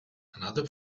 another